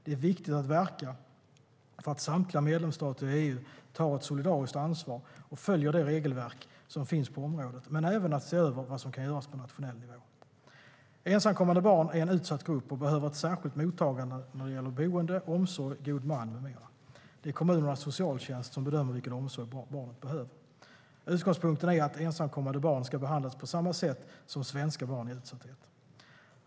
Det är viktigt att verka för att samtliga medlemsstater i EU tar ett solidariskt ansvar och följer det regelverk som finns på området men även att se över vad som kan göras på nationell nivå. Ensamkommande barn är en utsatt grupp och behöver ett särskilt mottagande när det gäller boende, omsorg, god man med mera. Det är kommunernas socialtjänst som bedömer vilken omsorg barnet behöver. Utgångspunkten är att ensamkommande barn ska behandlas på samma sätt som svenska barn i utsatthet.